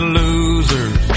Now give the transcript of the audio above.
losers